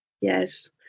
Yes